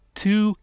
two